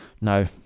No